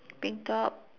pink top